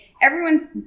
Everyone's